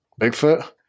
Bigfoot